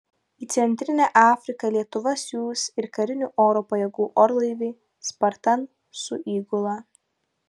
į centrinę afriką lietuva siųs ir karinių oro pajėgų orlaivį spartan su įgula